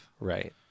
Right